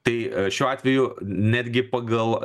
tai šiuo atveju netgi pagal